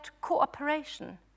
cooperation